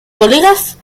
colegas